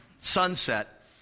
Sunset